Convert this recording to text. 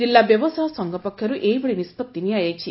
କିଲ୍ଲା ବ୍ୟବସାୟ ସଂଘ ପକ୍ଷରୁ ଏହିଭଳି ନିଷ୍ବଭି ନିଆଯାଇଛି